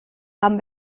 haben